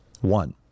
One